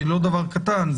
שהוא לא דבר קטן,